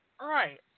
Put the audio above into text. Right